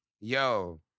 yo